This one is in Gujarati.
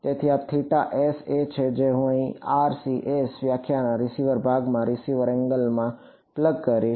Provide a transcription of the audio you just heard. તેથી આ એ છે જે હું અહીં RCS વ્યાખ્યાના રીસીવર ભાગમાં રીસીવર એંગલમાં પ્લગ કરીશ